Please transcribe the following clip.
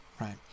right